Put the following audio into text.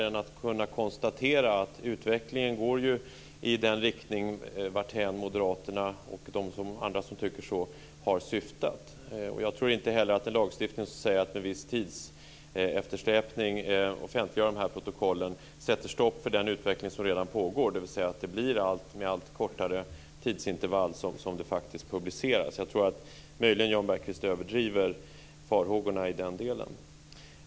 Vi kan konstatera att utvecklingen går i den riktning som Moderaterna och de andra som tycker så har syftat. Jag tror inte heller att en lagstiftning som säger att man med viss tidseftersläpning ska offentliggöra de här protokollen sätter stopp för den utveckling som redan pågår, dvs. att det blir med allt kortare tidsintervall som de faktiskt publiceras. Jag tror att Jan Bergqvist möjligen överdriver farhågorna i den delen.